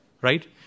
right